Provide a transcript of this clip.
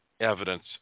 evidence